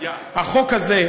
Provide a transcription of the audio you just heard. החוק הזה,